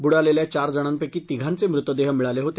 बुडालेल्या चार जणांपैकी तिघांचे मृतदेह मिळाले होते